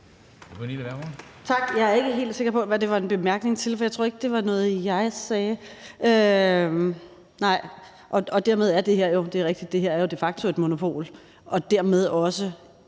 Tak. Jeg er ikke helt sikker på, hvad det var en bemærkning til, for jeg tror ikke, det var noget, jeg sagde. Men det er jo rigtigt, at det her de facto er et monopol og dermed også